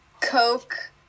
Coke